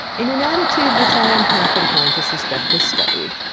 in an attitude which i am half inclined to suspect was studied,